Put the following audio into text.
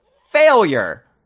Failure